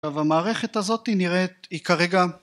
עכשיו המערכת הזאת נראית היא כרגע